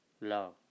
love